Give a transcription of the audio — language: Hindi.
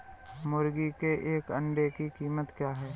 मुर्गी के एक अंडे की कीमत क्या है?